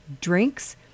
drinks